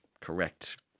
correct